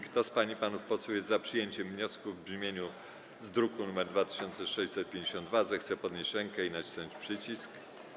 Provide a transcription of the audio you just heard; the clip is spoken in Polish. Kto z pań i panów posłów jest za przyjęciem wniosku w brzmieniu z druku nr 2652, zechce podnieść rękę i nacisnąć przycisk.